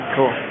Cool